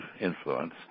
influence